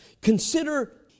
Consider